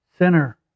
Sinner